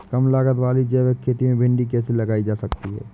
कम लागत वाली जैविक खेती में भिंडी कैसे लगाई जा सकती है?